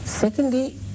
Secondly